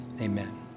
amen